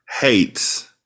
hates